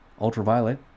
Ultraviolet